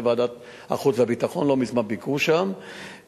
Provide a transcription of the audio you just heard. ועדת החוץ והביטחון לא מזמן ביקרו שם,